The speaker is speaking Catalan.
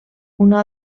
una